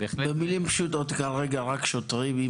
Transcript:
במילים פשוטות, כרגע רק שוטרים.